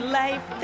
life